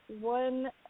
one